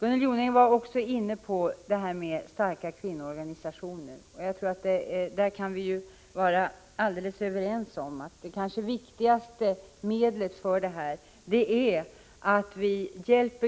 Gunnel Jonäng var också inne på frågan om starka kvinnoorganisationer. Vi kan vara helt överens om att det viktigaste av allt är att hjälpa